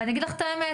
אני אגיד לך את האמת,